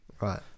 right